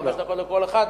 חמש דקות לכל אחד?